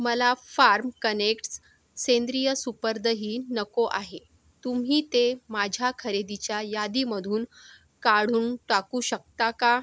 मला farm connects सेंद्रिय super दही नको आहे तुम्ही ते माझ्या खरेदीच्या यादीमधून काढून टाकू शकता का